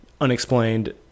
unexplained